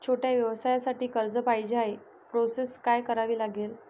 छोट्या व्यवसायासाठी कर्ज पाहिजे आहे प्रोसेस काय करावी लागेल?